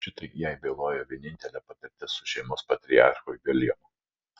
šitai jai bylojo vienintelė patirtis su šeimos patriarchu viljamu